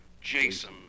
Jason